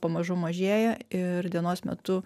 pamažu mažėja ir dienos metu